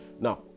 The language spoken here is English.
Now